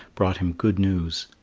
brought him good news.